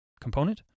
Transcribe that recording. component